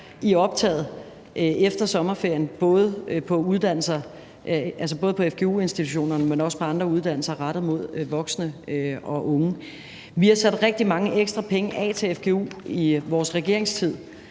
i optaget efter sommerferien både på fgu-institutionerne, men også på andre uddannelser rettet mod voksne og unge. Vi har sat rigtig mange ekstra penge af til fgu i vores regeringstid,